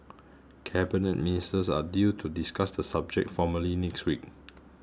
cabinet ministers are due to discuss the subject formally next week